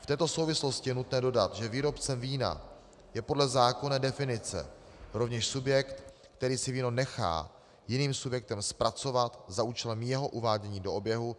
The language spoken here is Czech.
V této souvislosti je nutné dodat, že výrobcem vína je podle zákonné definice rovněž subjekt, který si víno nechá jiným subjektem zpracovat za účelem jeho uvádění do oběhu.